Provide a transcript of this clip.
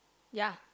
ya